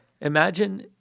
imagine